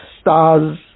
stars